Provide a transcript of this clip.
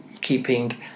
keeping